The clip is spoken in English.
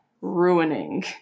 ruining